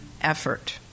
effort